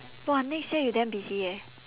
!wah! next year you damn busy eh